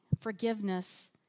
forgiveness